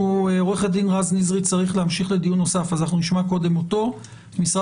עורך הדין רז נזרי צריך להמשיך לדיון נוסף ולכן נשמע קודם אותו.